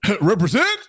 represent